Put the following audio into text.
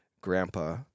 grandpa